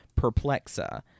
Perplexa